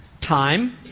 time